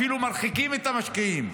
אפילו מרחיקים את המשקיעים,